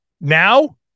Now